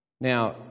Now